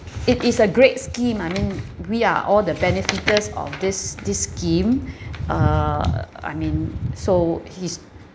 it is a great scheme I mean we are all the benefiters of this this scheme uh uh I mean so